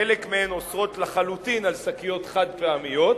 חלק מהן אוסרות לחלוטין שקיות חד-פעמיות,